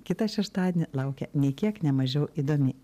kitą šeštadienį laukia nei kiek ne mažiau įdomi